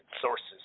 sources